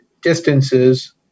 distances